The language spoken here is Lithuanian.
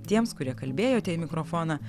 tiems kurie kalbėjote į mikrofoną